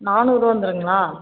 நானூறு வந்துடுங்களா